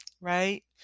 right